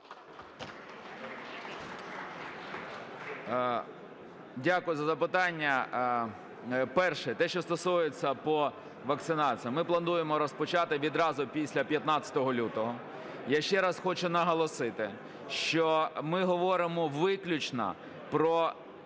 Дякую за запитання. Перше. Те, що стосується по вакцинації, ми плануємо розпочати відразу після 15 лютого. Я ще раз хочу наголосити, що ми говоримо виключно про